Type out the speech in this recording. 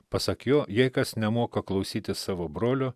pasak jo jei kas nemoka klausyti savo brolių